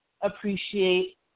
appreciate